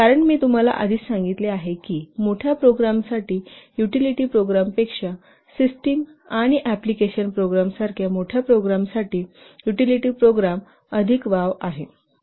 कारण मी तुम्हाला आधीच सांगितले आहे की मोठ्या प्रोग्राम साठी युटिलिटी प्रोग्राम पेक्षा सिस्टम आणि आप्लिकेशन प्रोग्राम्सला अधिक वाव आहे